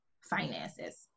finances